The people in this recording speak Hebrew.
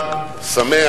ובחג שמח,